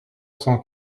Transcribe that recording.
cent